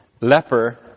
leper